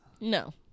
no